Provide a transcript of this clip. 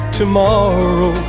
tomorrow